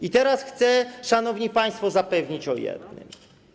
I teraz chcę, szanowni państwo, zapewnić o jednym.